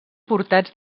portats